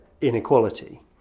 inequality